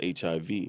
HIV